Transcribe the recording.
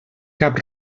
cap